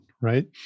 right